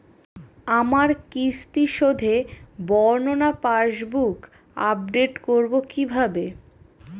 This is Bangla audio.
আমার কিস্তি শোধে বর্ণনা পাসবুক আপডেট করব কিভাবে?